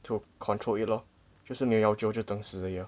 to control it lor 就是没有要救就等死而已 lor